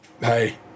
hey